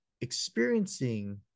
experiencing